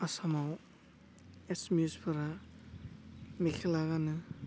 आसामाव एसामिसफोरा मेख्ला गानो